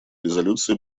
резолюции